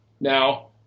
now